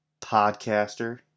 podcaster